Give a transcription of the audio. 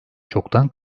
çoktan